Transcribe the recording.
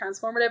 transformative